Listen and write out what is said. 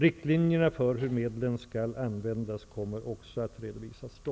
Riktlinjerna för hur medlen skall användas kommer också att redovisas då.